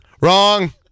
wrong